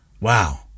Wow